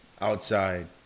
outside